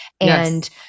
And-